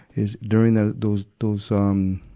is during that, those, those, um,